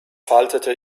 faltete